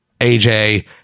AJ